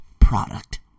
product